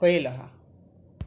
कोयलः